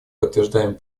подтверждаем